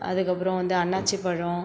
அதுக்கப்பறம் வந்து அன்னாசி பழம்